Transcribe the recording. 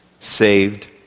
saved